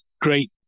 great